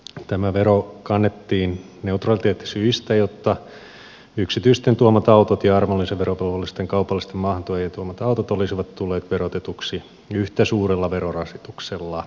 tämä vero kannettiin neutraliteettisyistä jotta yksityisten tuomat autot ja arvonlisäverovelvollisten kaupallisten maahantuojien tuomat autot olisivat tulleet verotetuiksi yhtä suurella verorasituksella kaikissa tapauksissa